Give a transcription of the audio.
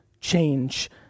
change